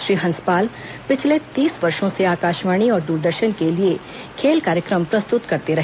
श्री हंसपाल पिछले तीस वर्षो से आकाशवाणी और दूरदर्शन के लिए खेल कार्यक्रम प्रस्तुत करते रहे